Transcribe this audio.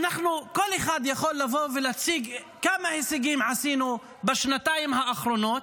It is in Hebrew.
כל אחד יכול לבוא ולהציג כמה הישגים עשינו בשנתיים האחרונות,